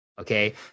okay